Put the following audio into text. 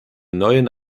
neuen